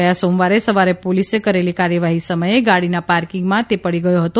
ગયા સોમવારે સવારે પોલીસે કરેલી કાર્યવાહી સમયે ગાડીના પાર્કીંગમાં તે પડી ગયો હતો